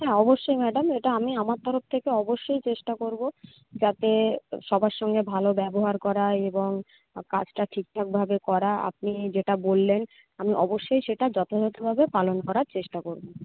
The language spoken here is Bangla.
হ্যাঁ অবশ্যই ম্যাডাম এটা আমি আমার তরফ থেকে অবশ্যই চেষ্টা করব যাতে সবার সঙ্গে ভালো ব্যবহার করা এবং কাজটা ঠিকঠাকভাবে করা আপনি যেটা বললেন আমি অবশ্যই সেটা যথাযথভাবে পালন করার চেষ্টা করব